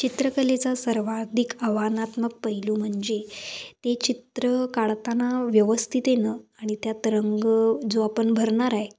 चित्रकलेचा सर्वाधिक आव्हानात्मक पैलू म्हणजे ते चित्र काढताना व्यवस्थित न आणि त्यात रंग जो आपण भरणार आहे